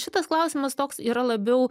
šitas klausimas toks yra labiau